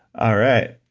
all right,